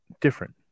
different